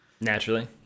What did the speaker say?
Naturally